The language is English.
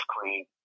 clean